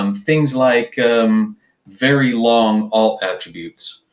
um things like very long alt attributes.